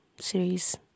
series